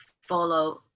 follow